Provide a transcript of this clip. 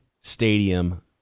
stadium